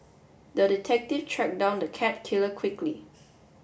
the detective tracked down the cat killer quickly